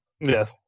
Yes